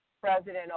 President